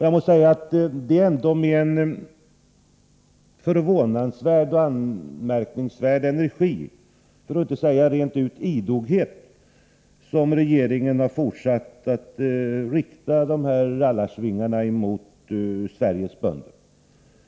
Jag måste säga att det ändå är med en förvånansvärd och anmärkningsvärd energi, för att inte säga idoghet, som regeringen har fortsatt att rikta dessa rallarsvingar mot bönderna.